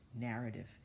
narrative